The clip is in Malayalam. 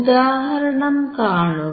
ഉദാഹരണം കാണുക